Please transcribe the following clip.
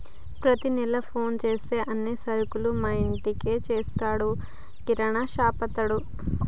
ప్రతి నెల ఫోన్ చేస్తే అన్ని సరుకులు మా ఇంటికే తెచ్చిస్తాడు కిరాణాషాపతడు